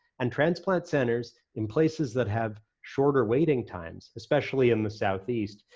and transplant centers in places that have shorter waiting times, especially in the southeast,